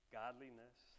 godliness